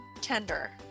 tender